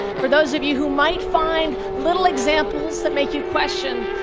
for those of you who might find little examples that make you question,